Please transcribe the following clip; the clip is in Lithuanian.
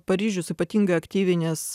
paryžius ypatingai aktyviai nes